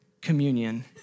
communion